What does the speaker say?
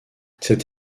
cette